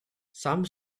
some